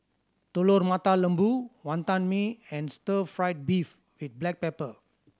Telur Mata Lembu Wantan Mee and stir fried beef with black pepper